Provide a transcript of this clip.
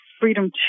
freedom